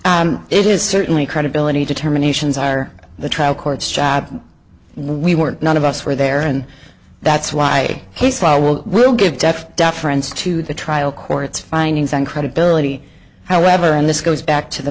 so it is certainly credibility determinations are the trial court's job we were none of us were there and that's why he saw well we'll give death deference to the trial court's findings on credibility however and this goes back to the